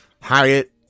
Hyatt